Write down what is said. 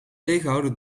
tegengehouden